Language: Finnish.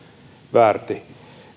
väärti